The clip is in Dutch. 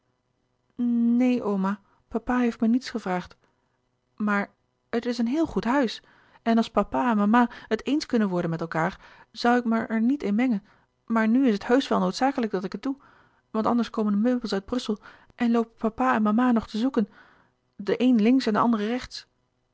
neen oma papa heeft me niets gevraagd maar het is een heel goed huis en als papa en mama het eens kunnen worden met elkaâr zoû ik me er niet in mengen maar nu is het heusch wel noodzakelijk dat ik het doe want anders komen de meubels uit brussel en loopen papa en mama nog te zoeken de een links en de ander rechts